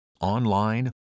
online